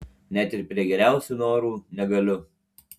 net ir prie geriausių norų negaliu